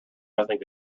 nothing